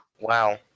Wow